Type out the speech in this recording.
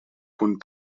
punt